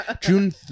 June